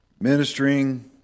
ministering